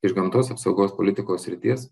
iš gamtos apsaugos politikos srities